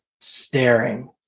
staring